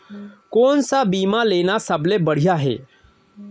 कोन स बीमा लेना सबले बढ़िया हे?